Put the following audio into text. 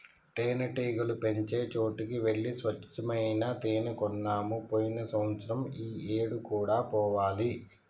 తేనెటీగలు పెంచే చోటికి వెళ్లి స్వచ్చమైన తేనే కొన్నాము పోయిన సంవత్సరం ఈ ఏడు కూడా పోవాలి